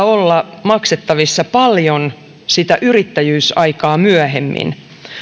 olla maksettavissa paljon sitä yrittäjyysaikaa myöhemmin